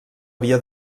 havia